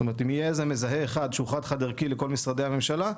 זאת אומרת אם יהיה איזה מזהה אחד חד-חד ערכי לכל משרדי הממשלה,